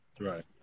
Right